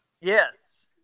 Yes